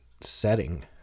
setting